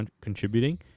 contributing